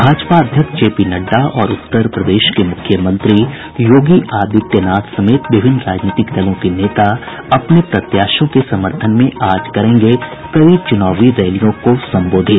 भाजपा अध्यक्ष J P Nadda और उत्तरप्रदेश के मुख्यमंत्री योगी आदित्यनाथ समेत विभिन्न राजनीतिक दलों के नेता अपने प्रत्याशियों के समर्थन में आज करेंगे कई चुनावी रैलियों को संबोधित